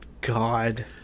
god